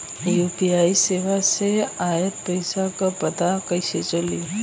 UPI सेवा से ऑयल पैसा क पता कइसे चली?